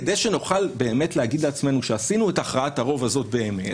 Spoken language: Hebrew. כדי שנוכל באמת להגיד לעצמנו שעשינו את הכרעת הרוב הזאת באמת,